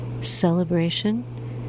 celebration